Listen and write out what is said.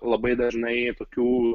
labai dažnai tokių